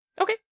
Okay